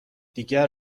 دیگر